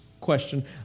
question